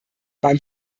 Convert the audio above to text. beim